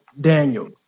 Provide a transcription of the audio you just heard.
Daniel